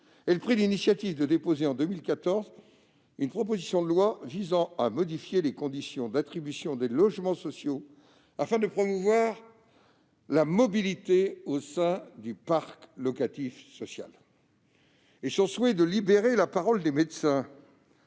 elle prit l'initiative de déposer, en 2014, une proposition de loi visant à modifier les conditions d'attribution des logements sociaux, afin de promouvoir la mobilité au sein du parc locatif social. Son souhait de libérer la parole des médecins